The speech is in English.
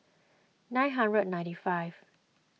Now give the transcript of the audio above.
nine hundred ninety five